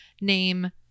name